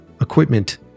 equipment